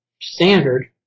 standard